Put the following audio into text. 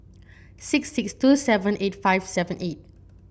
six six two seven eight five seven eight